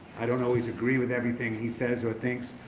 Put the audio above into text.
i don't always agree with everything he says or thinks,